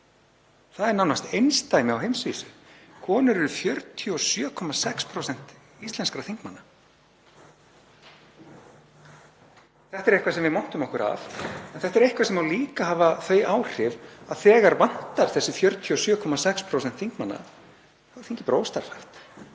Það er nánast einsdæmi á heimsvísu. Konur eru 47,6% íslenskra þingmanna. Þetta er eitthvað sem við montum okkur af en þetta er eitthvað sem á líka að hafa þau áhrif að þegar vantar þessi 47,6% þingmanna þá sé þingið bara óstarfhæft.